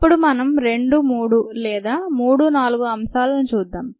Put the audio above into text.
ఇప్పుడు మనం రెండు మూడు లేదా మూడు నాలుగు అంశాలను చూద్దాం